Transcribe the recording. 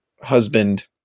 husband